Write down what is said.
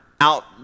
out